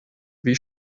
wie